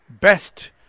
best